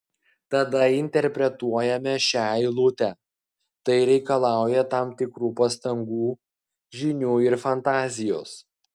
tada interpretuojame šią eilutę tai reikalauja tam tikrų pastangų žinių ir fantazijos